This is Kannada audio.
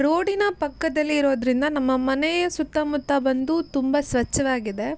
ರೋಡಿನ ಪಕ್ಕದಲ್ಲಿ ಇರೋದರಿಂದ ನಮ್ಮ ಮನೆಯ ಸುತ್ತಮುತ್ತ ಬಂದು ತುಂಬ ಸ್ವಚ್ಛವಾಗಿದೆ